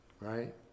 right